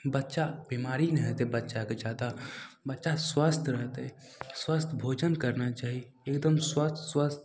बच्चा बिमारी नहि होतय बच्चाके जादा बच्चा स्वस्थ रहतय स्वस्थ भोजन करना चाही एकदम स्वस्थ स्वस्थ